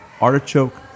artichoke